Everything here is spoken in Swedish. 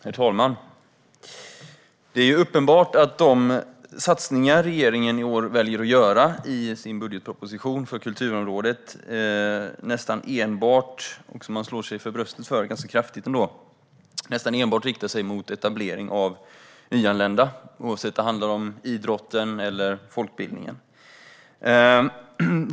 Herr talman! Det är uppenbart att de satsningar regeringen i år väljer att göra i sin budgetproposition för kulturområdet, och som man ganska kraftigt slår sig för bröstat för, nästan enbart riktar sig mot etablering av nyanlända. Det gäller oavsett om det handlar om idrotten eller folkbildningen.